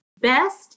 BEST